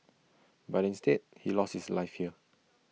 but instead he lost his life here